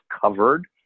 covered